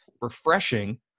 refreshing